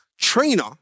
Trainer